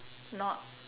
not